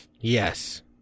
Yes